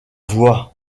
voie